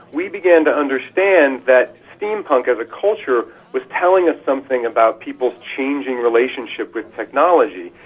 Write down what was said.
we began to understand that steampunk as a culture was telling us something about people's changing relationship with technology.